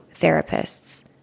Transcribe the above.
therapists